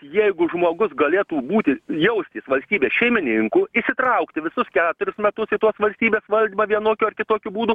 jeigu žmogus galėtų būti jaustis valstybės šeimininku įsitraukti visus keturius metus į tuos valstybės valdymą vienokiu ar kitokiu būdu